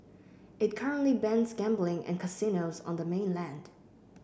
it currently bans gambling and casinos on the mainland